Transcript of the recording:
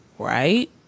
Right